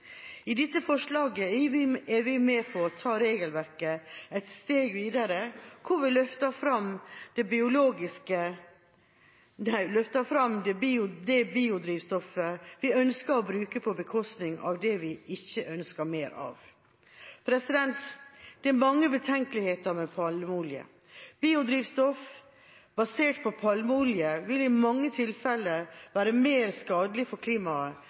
I dette forslaget er vi med på å ta regelverket et steg videre, hvor vi løfter fram det biodrivstoffet vi ønsker å bruke, på bekostning av det vi ikke ønsker mer av. Det er mange betenkeligheter med palmeolje. Biodrivstoff basert på palmeolje vil i mange tilfeller være mer skadelig for klimaet